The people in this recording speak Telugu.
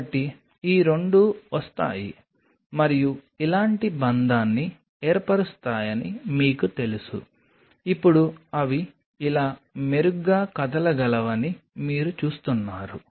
కాబట్టి ఈ 2 వస్తాయి మరియు ఇలాంటి బంధాన్ని ఏర్పరుస్తాయని మీకు తెలుసు ఇప్పుడు అవి ఇలా మెరుగ్గా కదలగలవని మీరు చూస్తున్నారు